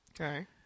Okay